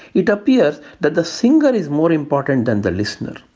it appears that the singer is more important than the listener.